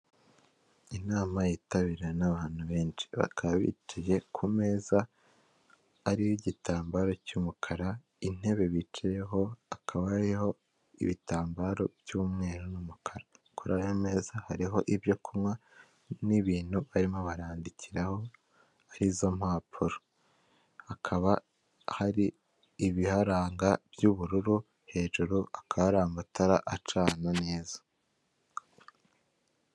Inama yitabiwe n'abantu benshi bakaba bicaye ku meza ariho igitambaro cy'umukara, intebe bicayeho hakaba hariho ibitambaro by'umweru n'umukara, kuri ayo meza hariho ibyo kunywa n'ibintu barimo barandikiraho kuri izo mpapuro, hakaba hari ibiharanga by'ubururu, hejuru hakaba hari amatara acana neza.